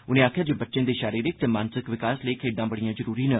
उनें आखेआ जे बच्चें दे शारीरिक ते मानसिक विकास लेई खेड्ढां बड़ियां जरूरी न